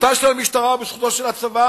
בזכותה של המשטרה, ובזכותו של הצבא